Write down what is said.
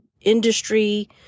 industry